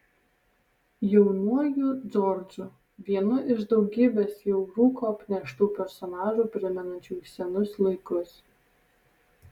jaunuoju džordžu vienu iš daugybės jau rūko apneštų personažų primenančių senus laikus